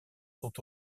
sont